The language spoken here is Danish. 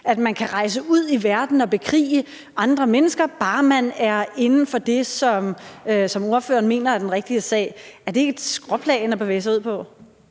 at man kan rejse ud i verden og bekrige andre mennesker, bare man er inden for det, som ordføreren mener er den rigtige sag, er det så ikke et skråplan at bevæge sig ud på?